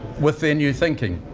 with their new thinking.